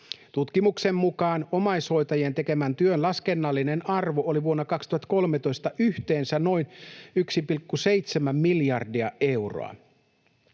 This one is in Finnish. Tutkimuksen mukaan omaishoitajien tekemän työn laskennallinen arvo oli vuonna 2013 yhteensä noin 1,7 miljardia euroa.